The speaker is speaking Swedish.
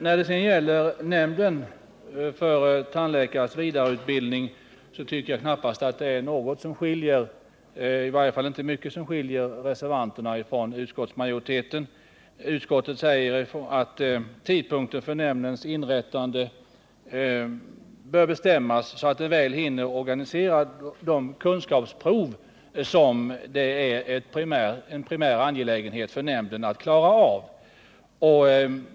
När det sedan gäller nämnden för tandläkares vidareutbildning tycker jag inte att det är mycket som skiljer reservanterna från utskottsmajoriteten. Utskottet säger att tidpunkten för nämndens inrättande bör bestämmas så att den väl hinner organisera de kunskapsprov som det är en primär angelägenhet för nämnden att klara av.